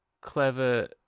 Clever